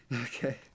Okay